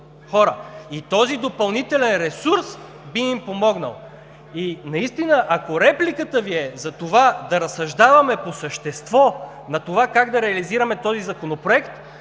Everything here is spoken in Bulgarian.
Този допълнителен ресурс би им помогнал. Ако репликата Ви е, за да разсъждаваме по същество над това как да реализираме този законопроект,